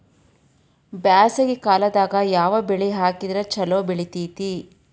ಬ್ಯಾಸಗಿ ಕಾಲದಾಗ ಯಾವ ಬೆಳಿ ಹಾಕಿದ್ರ ಛಲೋ ಬೆಳಿತೇತಿ?